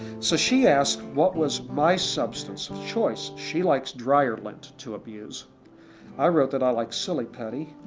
so she asked, what was my substance of choice. she likes dryer lint to abuse i wrote that i like silly putty